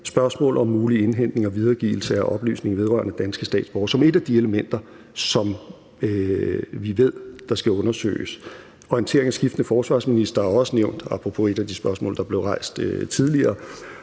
spørgsmål om mulig indhentning og videregivelse af oplysning vedrørende danske statsborgere som et af de elementer, som vi ved skal undersøges. Orientering af skiftende forsvarsministre er også nævnt – apropos et af de spørgsmål, der blev rejst tidligere